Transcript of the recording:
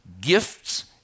gifts